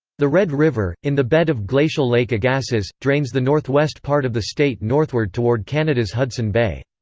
the red river, in the bed of glacial lake agassiz, drains the northwest part of the state northward toward canada's hudson bay.